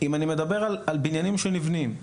אם אני מדבר על בניינים שנבנים,